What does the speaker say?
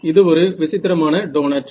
இது ஒரு விசித்திரமான டோனட்